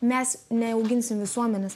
mes neauginsim visuomenės